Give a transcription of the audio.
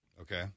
Okay